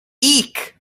eek